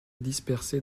dispersées